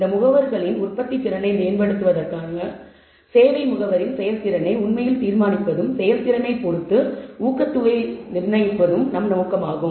இந்த முகவர்களின் உற்பத்தித்திறனை மேம்படுத்துவதற்காக சேவை முகவரின் செயல்திறனை உண்மையில் தீர்மானிப்பதும் செயல்திறனை பொறுத்து ஊக்கத்தொகை நிர்ணயிப்பதும் நம் நோக்கமாகும்